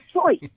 choice